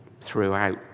throughout